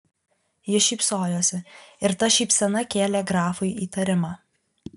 ji šypsojosi ir ta šypsena kėlė grafui įtarimą